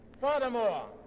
Furthermore